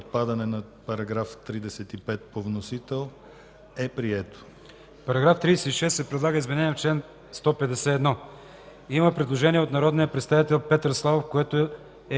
В § 36 се предлага изменение на чл. 151. Предложение на народния представител Петър Славов, което е